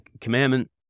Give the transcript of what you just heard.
commandment